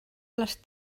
les